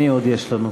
מי עוד יש לנו פה?